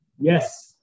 Yes